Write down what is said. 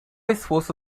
esforço